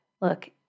Look